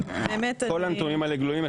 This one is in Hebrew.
כל הנתונים האלה גלויים.